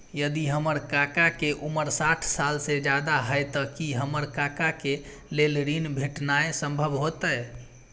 यदि हमर काका के उमर साठ साल से ज्यादा हय त की हमर काका के लेल ऋण भेटनाय संभव होतय?